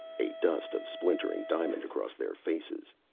a dust of splintered diamond across their faces,